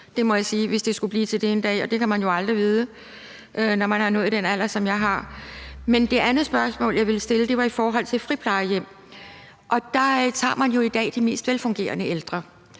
selv er utryg, hvis det skulle blive til det en dag, og det kan man jo aldrig vide, når man er nået den alder, som jeg er. Men det andet spørgsmål, jeg ville stille, var i forhold til friplejehjem, og der tager man jo i dag de mest velfungerende ældre,